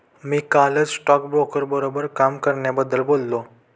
मी कालच स्टॉकब्रोकर बरोबर काम करण्याबद्दल बोललो